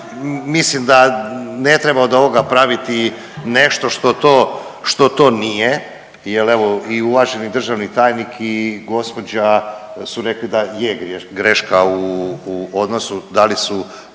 mislim da ne treba od ovoga praviti nešto što to, što to nije jel evo i uvaženi državni tajnik i gospođa su rekli da je greška u odnosu da li su,